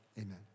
amen